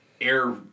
air